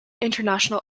international